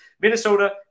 Minnesota